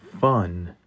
fun